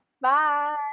Bye